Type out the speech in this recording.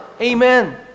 Amen